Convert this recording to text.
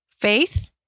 Faith